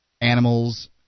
animals